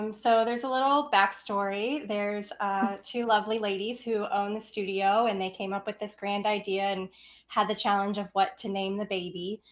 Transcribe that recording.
um so there's a little backstory. there's two lovely ladies who own the studio, and they came up with this grand idea and had the challenge of what to name the baby.